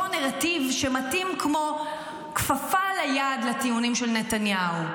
נרטיב שמתאים כמו כפפה ליד לטיעונים של נתניהו.